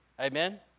Amen